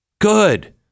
Good